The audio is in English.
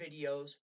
videos